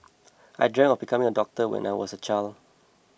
I dreamt of becoming a doctor when I was a child